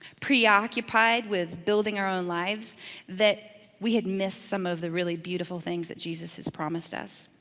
preoccupied with building our own lives that we had missed some of the really beautiful things that jesus has promised us.